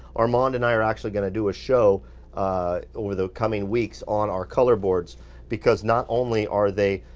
armand and i are actually gonna do a show over the coming weeks on our color boards because not only are they